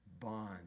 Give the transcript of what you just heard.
Bond